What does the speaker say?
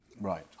Right